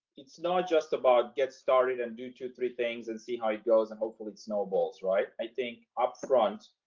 it's not just about get started and do two three things and see how it goes. and hopefully it snowballs right? i think up front,